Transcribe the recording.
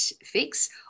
fix